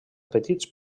petits